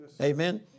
Amen